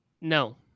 No